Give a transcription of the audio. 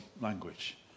language